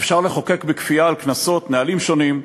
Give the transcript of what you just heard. אפשר לחוקק בכפייה על קנסות, נהלים שונים,